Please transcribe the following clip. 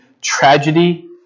tragedy